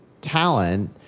talent